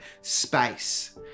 space